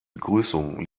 begrüßung